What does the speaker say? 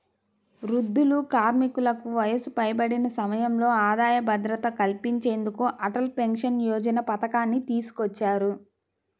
వృద్ధులు, కార్మికులకు వయసు పైబడిన సమయంలో ఆదాయ భద్రత కల్పించేందుకు అటల్ పెన్షన్ యోజన పథకాన్ని తీసుకొచ్చారు